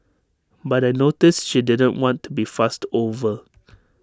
but I noticed she didn't want to be fussed over